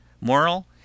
Moral